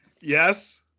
Yes